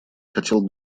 хотел